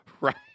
right